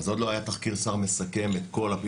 עוד לא היה תחקיר שר מסכם את כל ה-,